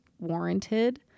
warranted